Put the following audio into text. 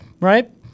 right